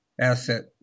asset